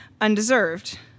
Undeserved